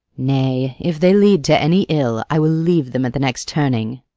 nay, if they lead to any ill, i will leave them at the next turning.